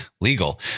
legal